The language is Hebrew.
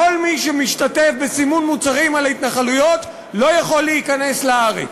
כל מי שמשתתף בסימון מוצרים על ההתנחלויות לא יכול להיכנס לארץ.